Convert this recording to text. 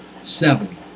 seven